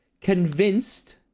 convinced